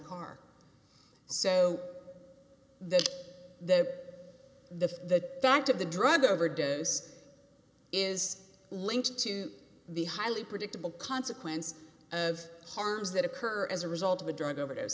car so that the the fact of the drug overdose is linked to the highly predictable consequence of harms that occur as a result of a drug overdose